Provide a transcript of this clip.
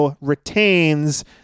retains